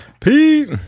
Pete